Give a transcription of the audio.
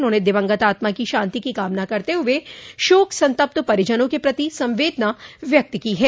उन्होंने दिवंगत आत्मा की शांति की कामना करते हुए शोक संतप्त परिजनों के प्रति संवेदना व्यक्त की है